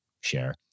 share